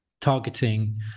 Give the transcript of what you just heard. targeting